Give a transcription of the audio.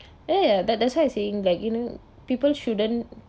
eh ya that that's why I saying like you know people shouldn't